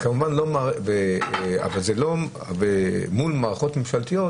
אבל מול מערכות ממשלתיות,